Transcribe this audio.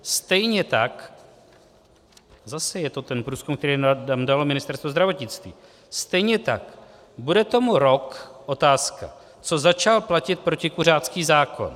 Stejně tak zase je to ten průzkum, který nám dalo Ministerstvo zdravotnictví stejně tak: Bude tomu rok otázka co začal platit protikuřácký zákon.